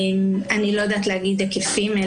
אני לא יודעת להגיד מהם ההיקפים.